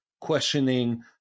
questioning